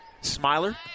Smiler